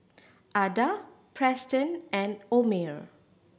Ada Preston and Omer